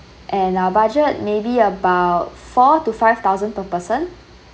and our budget maybe about four to five thousand per person